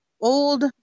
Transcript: old